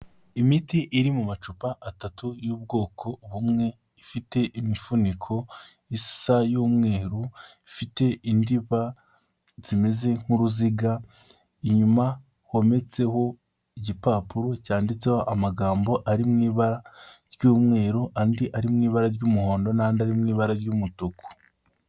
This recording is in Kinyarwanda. Imiti iri mu macupa atatu y'ubwoko bumwe, ifite imifuniko isa y'umweru, ifite indiba zimeze nk'uruziga, inyuma hometseho igipapuro cyanditseho amagambo ari mu iba ry'umweru andi ari mu ibara ry'umuhondo n'andi ari mu ibara ry'umutuku.